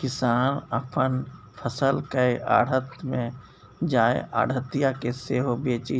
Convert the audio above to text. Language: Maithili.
किसान अपन फसल केँ आढ़त मे जाए आढ़तिया केँ सेहो बेचि